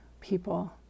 people